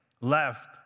left